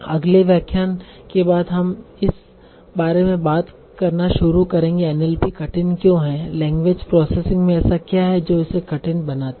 अगले व्याख्यान के बाद हम इस बारे में बात करना शुरू करेंगे कि एनएलपी कठिन क्यों है लैंग्वेज प्रोसेसिंग में ऐसा क्या हे जो इसे कठिन बनाती है